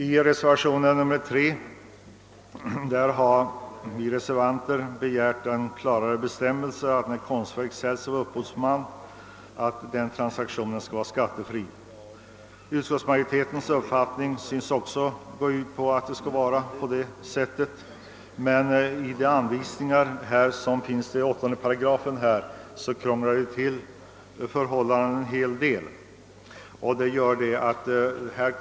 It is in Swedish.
I reservationen 3 har vi begärt en klarare bestämmelse om att när konstverk säljs av upphovsmannen transaktionen skall vara skattefri. Utskottsmajoritetens uppfattning synes gå ut på detsamma, men de anvisningar som finns till 8 8 krånglar till förhållandena en hel del.